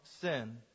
sin